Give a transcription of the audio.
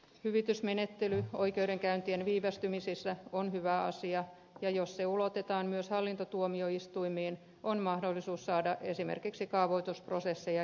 hyvitysmenettely oikeudenkäyntien viivästymisissä on hyvä asia ja jos se ulotetaan myös hallintotuomioistuimiin on mahdollisuus saada esimerkiksi kaavoitusprosesseja joutuisammiksi